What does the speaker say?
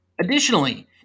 Additionally